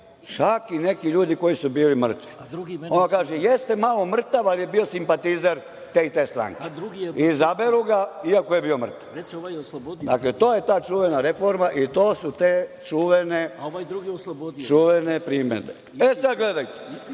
čak i neki ljudi koji su bili mrtvi. Ona kaže, jeste malo mrtav, ali je bio simpatizer te i te stranke. Izaberu ga, iako je bio mrtav. Dakle, to je ta čuvena reforma i to su te čuvene primedbe. Sada gledajte,